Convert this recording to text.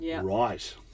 right